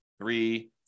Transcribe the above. three